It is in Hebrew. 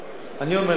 אני אומר לך,